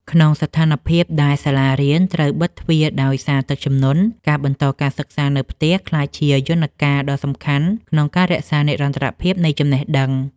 ក្នុងស្ថានភាពដែលសាលារៀនត្រូវបិទទ្វារដោយសារទឹកជំនន់ ការបន្តការសិក្សានៅផ្ទះក្លាយជាយន្តការដ៏សំខាន់ក្នុងការរក្សានិរន្តរភាពនៃចំណេះដឹង។